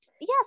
Yes